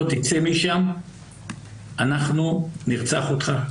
אם לא תצא משם אנחנו נרצח אותך,